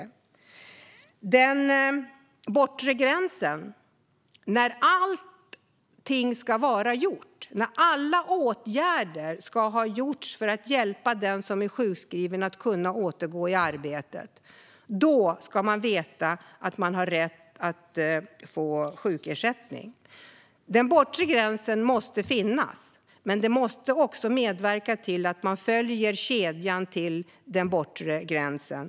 Vid den bortre gränsen, när allting ska vara gjort och alla åtgärder ska ha gjorts för att hjälpa den som är sjukskriven att kunna återgå i arbetet, ska man veta att man har rätt att få sjukersättning. Den bortre gränsen måste finnas, men den måste också medverka till att man följer kedjan till den bortre gränsen.